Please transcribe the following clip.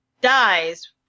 dies